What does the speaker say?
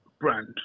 Brand